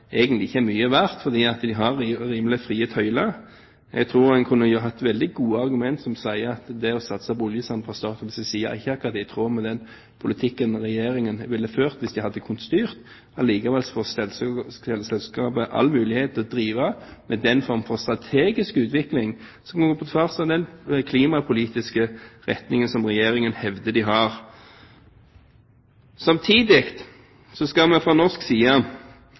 egentlig ikke er mye verdt, fordi en har rimelig frie tøyler. Jeg tror en kunne hatt veldig gode argumenter som sier at det å satse på oljesand fra statens side ikke akkurat er i tråd med den politikken Regjeringen ville ført hvis den hadde kunnet styre. Allikevel får selskapet alle muligheter til å drive med den form for strategisk utvikling som går på tvers av den klimapolitiske retningen som Regjeringen hevder den har. Samtidig skal vi fra norsk side